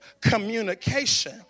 communication